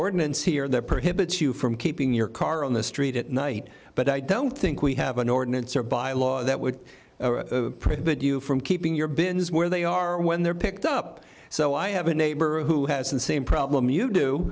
ordinance here that prohibits you from keeping your car on the street at night but i don't think we have an ordinance or by law that would prohibit you from keeping your bins where they are when they're picked up so i have a neighbor who has the same problem you do